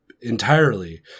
entirely